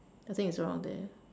I think it's around there